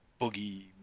boogie